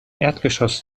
erdgeschoss